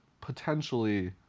potentially